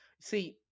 See